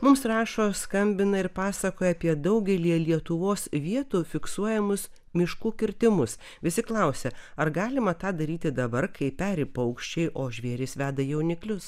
mums rašo skambina ir pasakoja apie daugelyje lietuvos vietų fiksuojamus miškų kirtimus visi klausia ar galima tą daryti dabar kai peri paukščiai o žvėrys veda jauniklius